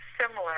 similar